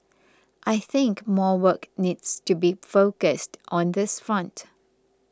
I think more work needs to be focused on this front